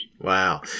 Wow